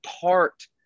part-